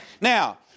Now